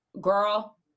Girl